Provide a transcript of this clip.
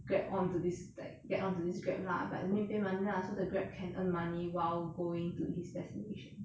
grab onto this like get onto this grab lah but need pay money lah so the grab can earn money while going to his destination